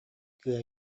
кыыһа